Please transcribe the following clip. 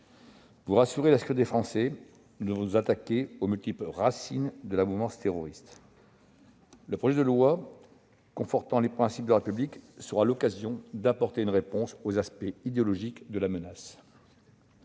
Pour assurer la sécurité des Français, nous devons nous attaquer aux multiples racines de la mouvance terroriste. Le projet de loi confortant le respect des principes de la République sera l'occasion d'apporter une réponse aux aspects idéologiques de la menace.